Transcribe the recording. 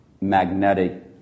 magnetic